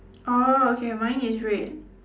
orh okay mine is red